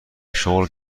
شغلی